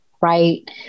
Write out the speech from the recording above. right